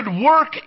work